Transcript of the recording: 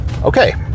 Okay